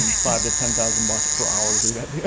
and five to ten thousand bucks per hour to do that deal.